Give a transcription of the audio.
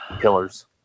Killers